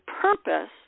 purpose